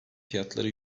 fiyatları